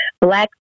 Black